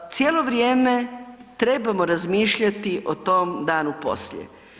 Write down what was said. Cijelo vrijeme trebamo razmišljati o tom danu poslije.